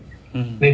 mm